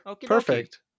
Perfect